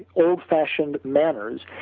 old fashioned manners,